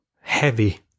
heavy